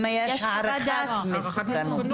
אם יש הערכת מסוכנות.